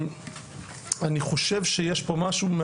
אני חושב שיש פה משהו.